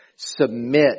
Submit